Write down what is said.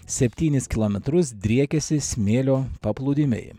septynis kilometrus driekiasi smėlio paplūdimiai